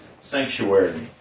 sanctuary